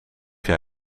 jij